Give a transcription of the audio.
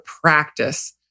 practice